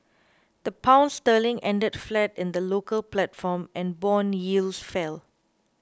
the Pound sterling ended flat in the local platform and bond yields fell